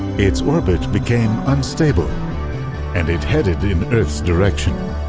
its orbit became unstable and it headed in earth's direction.